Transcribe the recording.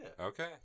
Okay